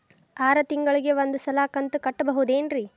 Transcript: ಆರ ತಿಂಗಳಿಗ ಒಂದ್ ಸಲ ಕಂತ ಕಟ್ಟಬಹುದೇನ್ರಿ?